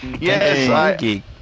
Yes